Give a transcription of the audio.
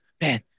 man